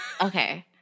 Okay